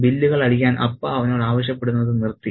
ബില്ലുകൾ അടിക്കാൻ അപ്പ അവനോട് ആവശ്യപ്പെടുന്നത് നിർത്തി